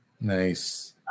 nice